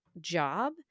job